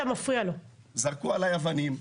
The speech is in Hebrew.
זרקו עלי אבנים,